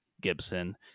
Gibson